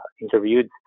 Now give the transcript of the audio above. interviewed